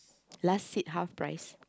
last seat half price